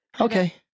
Okay